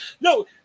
No